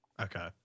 Okay